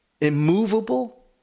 immovable